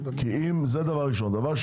זה אחת.